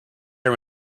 are